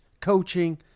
coaching